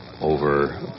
over